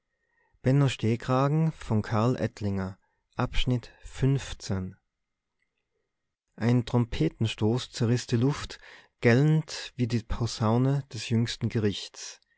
ein trompetenstoß zerriß die luft gellend wie die posaune des jüngsten gerichts